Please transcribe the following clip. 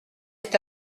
est